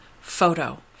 Photo